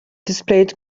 displayed